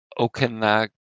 Okanagan